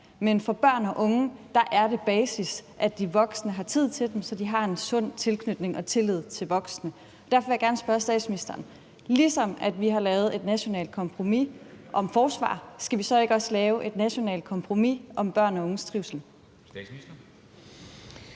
men for børn og unge er det basis, at de voksne har tid til dem, så de har en sund tilknytning og tillid til voksne. Derfor vil jeg gerne spørge statsministeren: Ligesom vi har lavet et nationalt kompromis om forsvar, skal vi så ikke også lave et nationalt kompromis om børn og unges trivsel?